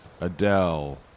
Adele